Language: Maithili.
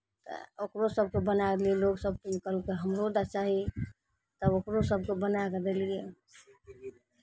तऽ ओकरो सभकेँ बनाए देलियै लोकसभ ई कहलकै हमरो चाही तब ओकरो सभकेँ बनाए कऽ देलियै